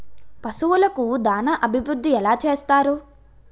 పశువులకు దాన అభివృద్ధి ఎలా చేస్తారు?